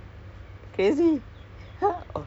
no sleep lor don't sleep lor